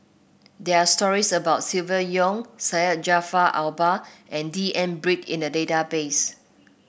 there are stories about Silvia Yong Syed Jaafar Albar and D N Pritt in the database